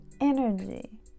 energy